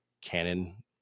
canon